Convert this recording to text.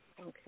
Okay